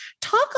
talk